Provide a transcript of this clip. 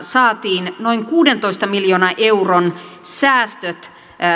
saatiin noin kuudentoista miljoonan euron säästöt